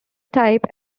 type